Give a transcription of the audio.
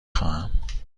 خواهم